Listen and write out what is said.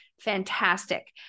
fantastic